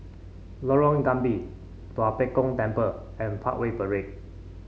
Lorong Gambir Tua Pek Kong Temple and Parkway Parade